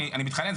מתחנן,